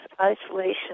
isolation